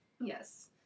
Yes